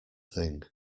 thing